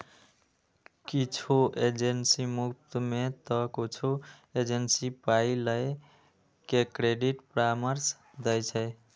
किछु एजेंसी मुफ्त मे तं किछु एजेंसी पाइ लए के क्रेडिट परामर्श दै छै